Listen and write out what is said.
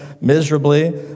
miserably